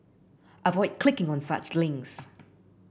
avoid clicking on such links